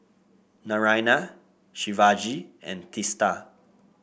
Naraina Shivaji and Teesta